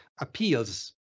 appeals